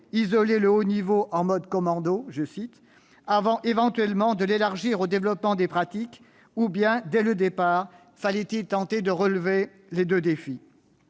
isoler le haut niveau, en mode commando »-, avant, éventuellement, de l'élargir au développement des pratiques ? Ou bien fallait-il, dès le départ, tenter de relever les deux défis